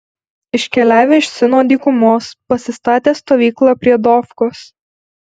iškeliavę iš sino dykumos pasistatė stovyklą prie dofkos